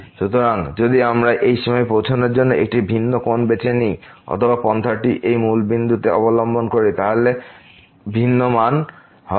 সুতরাং যদি আমরা এই সীমায় পৌঁছানোর জন্য একটি ভিন্ন কোণ বেছে নিই অথবা এই পন্থাটি এই মূল বিন্দুতে অবলম্বন করি তাহলে মান ভিন্ন হবে